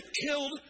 killed